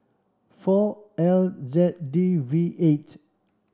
four L Z D V eight